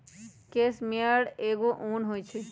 case मेयर एगो उन होई छई